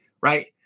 right